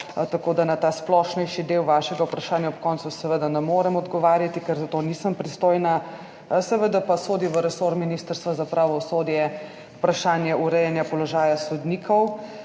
tako da na ta splošnejši del vašega vprašanja ob koncu seveda ne morem odgovarjati, ker za to nisem pristojna. Seveda pa sodi v resor Ministrstva za pravosodje vprašanje urejanja položaja sodnikov.